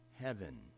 heaven